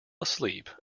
asleep